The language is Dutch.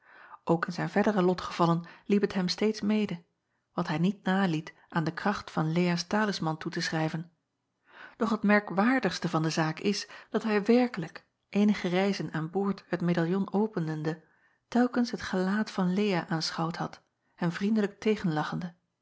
ok in zijn verdere lotgevallen liep het hem steeds mede wat hij niet naliet aan de kracht van eaas talisman toe te schrijven doch het merkwaardigste van de zaak is dat hij werkelijk eenige reizen aan boord het medaljon openende telkens het gelaat van ea aanschouwd had hem vriendelijk